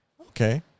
okay